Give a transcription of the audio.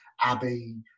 Abbey